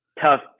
tough